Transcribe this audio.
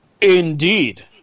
Indeed